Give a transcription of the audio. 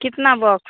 कितना बॉक्स